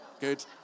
Good